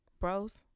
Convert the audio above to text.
bros